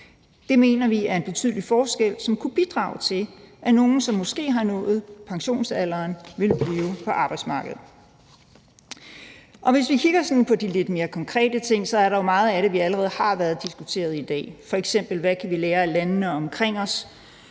Det mener vi gør en betydelig forskel, som kunne bidrage til, at nogle, som måske har nået pensionsalderen, ville blive på arbejdsmarkedet. Hvis vi kigger på sådan de lidt mere konkrete ting, er der jo meget af det, der allerede har været diskuteret i dag, f.eks.: Hvad kan vi lære af landene omkring os?